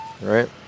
right